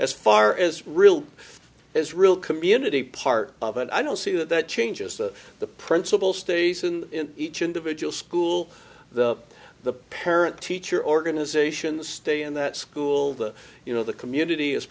as far as real is real community part of it i don't see that that changes the the principal stays in each individual school the the parent teacher organizations stay in that school the you know the community